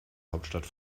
hauptstadt